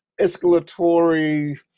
escalatory